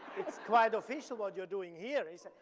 it's quite official what you're doing here. he said,